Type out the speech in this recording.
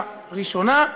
בקריאה ראשונה,